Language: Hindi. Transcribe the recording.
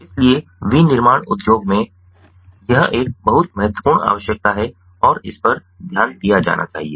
इसलिए विनिर्माण उद्योग में यह एक बहुत महत्वपूर्ण आवश्यकता है और इस पर ध्यान दिया जाना चाहिए